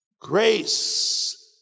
grace